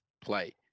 play